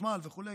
חשמל וכו',